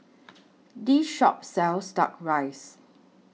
This Shop sells Duck Rice